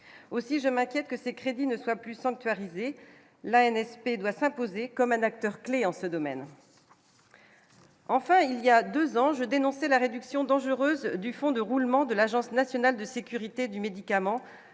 aussi je m'inquiète que ces crédits ne soient plus sanctuarisé la NSP doit s'imposer comme un acteur clé en ce domaine. Enfin, il y a 2 enjeux : dénoncer la réduction dangereuse du fonds de roulement de l'Agence nationale de sécurité du médicament,